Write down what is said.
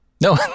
No